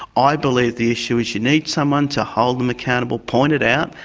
i believe the issue is you need someone to hold them accountable, point it out,